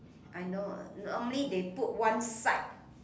I know normally they put one side